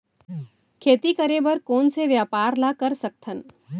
खेती करे बर कोन से व्यापार ला कर सकथन?